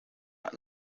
hat